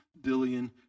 billion